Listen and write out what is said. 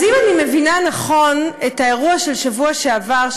אז אם אני מבינה נכון את האירוע של שבוע שעבר,